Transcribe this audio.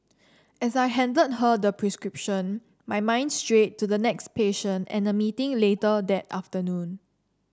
as I handed her the prescription my mind strayed to the next patient and a meeting later that afternoon